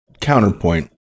counterpoint